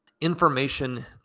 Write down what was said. information